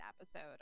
episode